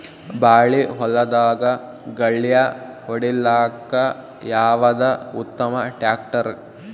ಬಾಳಿ ಹೊಲದಾಗ ಗಳ್ಯಾ ಹೊಡಿಲಾಕ್ಕ ಯಾವದ ಉತ್ತಮ ಟ್ಯಾಕ್ಟರ್?